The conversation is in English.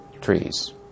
trees